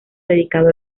dedicado